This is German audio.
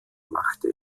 machte